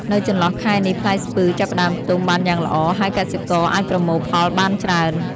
នៅចន្លោះខែនេះ ផ្លែស្ពឺចាប់ផ្ដើមទុំបានយ៉ាងល្អ ហើយកសិករអាចប្រមូលផលបានច្រើន។